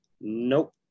Nope